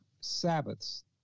Sabbaths